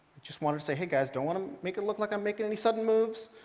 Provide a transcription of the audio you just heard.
just wanted to say, hey guys. don't want to make it look like i'm making any sudden moves.